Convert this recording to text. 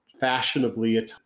fashionably